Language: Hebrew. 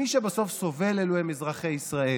מי שבסוף סובל אלו אזרחי ישראל.